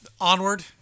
Onward